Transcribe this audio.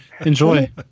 enjoy